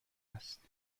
است